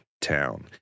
town